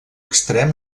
extrem